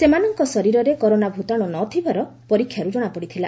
ସେମାନଙ୍କ ଶରୀରରେ କରୋନା ଭୂତାଣୁ ନଥିବାର ପରୀକ୍ଷାରୁ ଜଣାପଡ଼ିଥିଲା